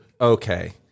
Okay